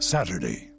Saturday